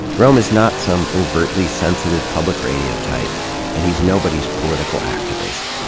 rome is not some overtly sensitive public radio type and he's nobody's political activist.